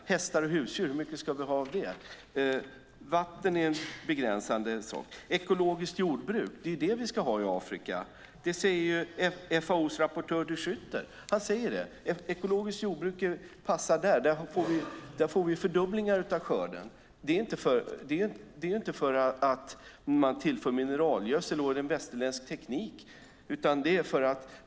Hur mycket ska vi ha av hästar och husdjur? Vatten är begränsande. Det är ekologiskt jordbruk vi ska ha i Afrika. Det säger FAO:s rapportör de Schutter. Ekologiskt jordbruk passar där. Vi får fördubblingar av skörden. Det är inte för att man tillför mineralgödsel eller västerländsk teknik.